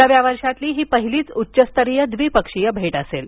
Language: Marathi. नव्या वर्षातली ही पहिलीच उच्चस्तरीय द्विपक्षीय भेट असेल